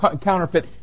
counterfeit